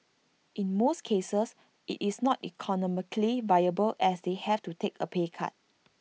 in most cases IT is not economically viable as they have to take A pay cut